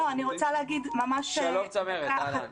שלום צמרת.